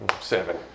Seven